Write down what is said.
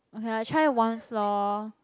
okay I try once lor